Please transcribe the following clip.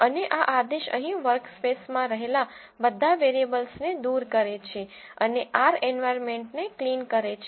અને આ આદેશ અહીં વર્કસ્પેસમાં રહેલા બધા વેરીએબલ્સ ને દૂર કરે છે અને R એન્વાયરમેન્ટને ક્લીન કરે છે